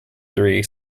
three